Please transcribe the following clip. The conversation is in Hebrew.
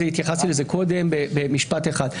התייחסתי לזה קודם במשפט אחד,